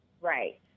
Right